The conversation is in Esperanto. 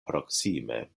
proksime